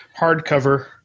hardcover